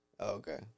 Okay